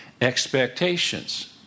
expectations